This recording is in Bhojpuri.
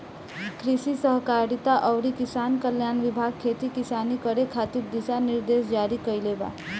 कृषि सहकारिता अउरी किसान कल्याण विभाग खेती किसानी करे खातिर दिशा निर्देश जारी कईले बा